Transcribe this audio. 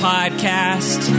Podcast